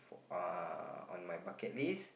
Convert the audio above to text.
uh on my bucket list